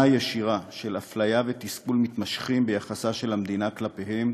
ישירה של אפליה ותסכול מתמשכים, ביחסה של המדינה כלפיהם,